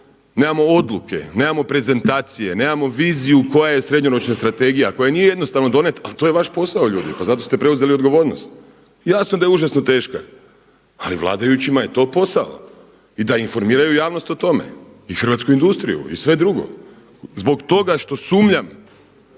nemamo odluke, nemamo prezentacije, nemamo viziju koja je srednjoročna strategija koju nije jednostavno donijeti, a to je vaš posao ljudi pa zato ste preuzeli odgovornost. Jasno da je užasno teška, ali vladajućima je to posao i da informiraju javnost o tome i hrvatsku industriju i sve drugo. Zbog toga što sumnjam